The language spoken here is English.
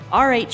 RH